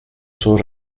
sul